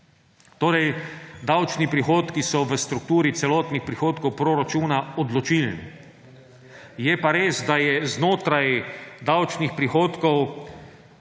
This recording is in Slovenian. Torej, davčni prihodki so v strukturi celotnih prihodkov proračuna odločilni, je pa res, da so znotraj davčnih prihodkov